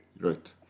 right